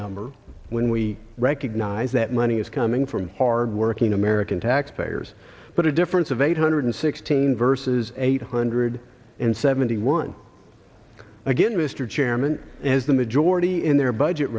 number when we recognize that money is coming from hardworking american taxpayers but a difference of eight hundred sixteen versus eight hundred and seventy one again mr chairman as the majority in their budget